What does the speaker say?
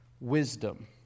wisdom